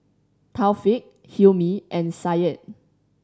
Taufik Hilmi and Syed